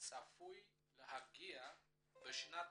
צפוי להגיע בשנת